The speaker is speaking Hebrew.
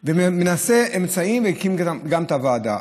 הוא מנסה אמצעים, והקים גם את הוועדה.